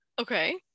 Okay